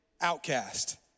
Outcast